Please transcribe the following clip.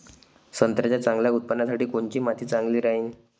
संत्र्याच्या चांगल्या उत्पन्नासाठी कोनची माती चांगली राहिनं?